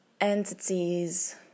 entities